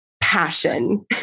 passion